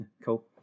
Cool